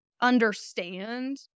understand